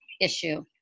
issue